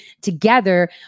together